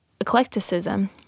eclecticism